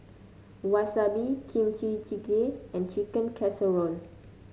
Wasabi Kimchi Jjigae and Chicken Casserole